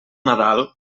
nadal